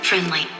Friendly